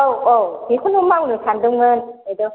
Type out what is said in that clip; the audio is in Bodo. औ औ बेखौनो मावनो सानदोंमोन बायद'